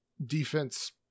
defense